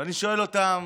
ואני שואל אותם